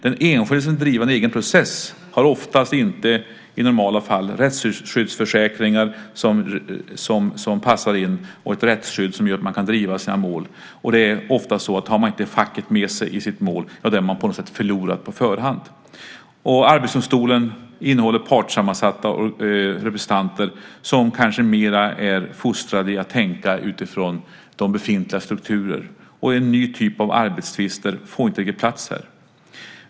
Den enskilde som vill driva en egen process har oftast inte i normala fall rättsskyddsförsäkringar som passar in och ett rättsskydd som gör att man kan driva sina mål. Det är ofta så att om man inte har facket med sig i sitt mål är man förlorad på förhand. Och Arbetsdomstolen har representanter som är partssammansatta och som kanske mer är fostrade i att tänka utifrån befintliga strukturer. En ny typ av arbetstvister får inte riktigt plats här.